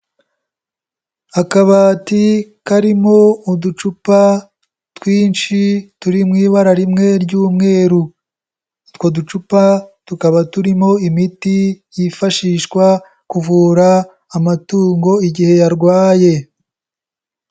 Akabati karimo uducupa twinshi turi mu ibara rimwe ry'umweru, utwo ducupa tukaba turimo imiti yifashishwa kuvura amatungo igihe yarwaye.